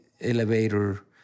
elevator